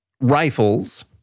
rifles